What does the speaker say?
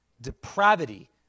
depravity